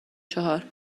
چهار